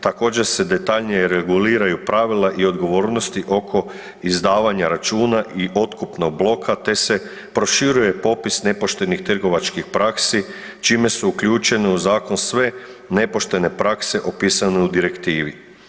Također se detaljnije reguliraju pravila i odgovornosti oko izdavanja računa i otkupnog bloka te se proširuje popis nepoštenih trgovačkih praksi čime se uključene u zakon sve nepoštene prakse opisane u direktivi.